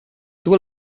will